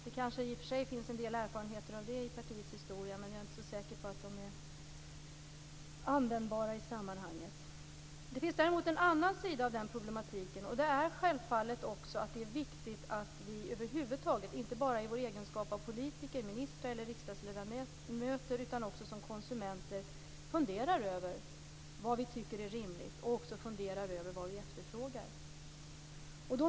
Det kanske finns en del erfarenheter av det i partiets historia, men jag är inte så säker på att de är användbara i sammanhanget. Det finns en annan sida av den problematiken, och det är att det också är viktigt att vi över huvud taget - inte bara i vår egenskap av politiker, ministrar eller riksdagsledamöter utan också som konsumenter - funderar över vad vi tycker är rimligt och även över vad vi själva efterfrågar.